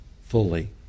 fully